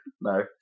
no